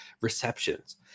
receptions